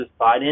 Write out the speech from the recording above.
Biden